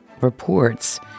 reports